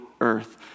earth